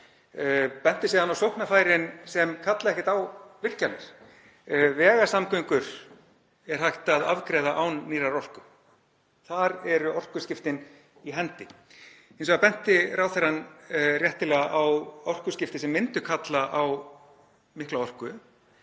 benti síðan á sóknarfærin sem kalla ekkert á virkjanir. Vegasamgöngur er hægt að afgreiða án nýrrar orku. Þar eru orkuskiptin í hendi. Hins vegar benti ráðherrann réttilega á orkuskipti sem myndu kalla á mikla orku.